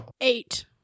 eight